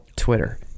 Twitter